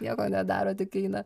nieko nedaro tik eina